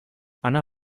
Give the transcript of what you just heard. anna